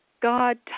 God